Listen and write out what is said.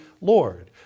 lord